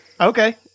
okay